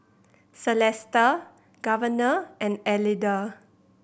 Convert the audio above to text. Celesta Governor and Elida